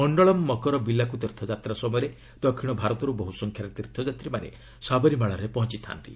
ମଣ୍ଡଳମ୍ ମକରବିଲ୍ଲାକୁ ତୀର୍ଥଯାତ୍ରା ସମୟରେ ଦକ୍ଷିଣ ଭାରତରୁ ବହୁ ସଂଖ୍ୟାରେ ତୀର୍ଥଯାତ୍ରୀମାନେ ସାବରିମାଳାରେ ପହଞ୍ଚଥା'ନ୍ତି